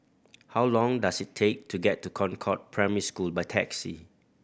how long does it take to get to Concord Primary School by taxi